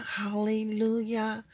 hallelujah